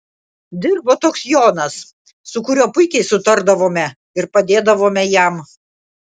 dirbo toks jonas su kuriuo puikiai sutardavome ir padėdavome jam